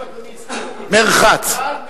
מֶחדל,